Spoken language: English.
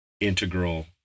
integral